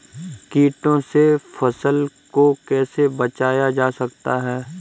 कीटों से फसल को कैसे बचाया जा सकता है?